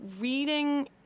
reading